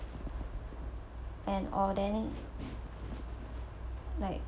and all then like